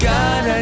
God